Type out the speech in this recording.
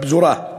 בפזורה,